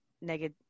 negative